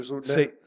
see